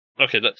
Okay